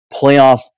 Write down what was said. playoff